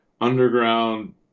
underground